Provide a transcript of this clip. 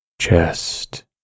chest